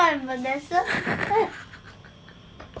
I thought I am vanessa